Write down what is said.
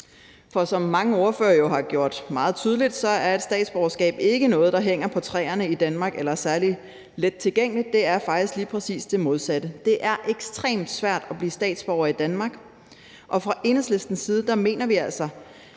For som mange ordførere jo har sagt meget tydeligt, er et statsborgerskab ikke noget, der hænger på træerne i Danmark eller er særlig let tilgængeligt. Det er faktisk lige præcis det modsatte. Det er ekstremt svært at blive statsborger i Danmark, og fra Enhedslistens side mener vi altså,